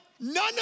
none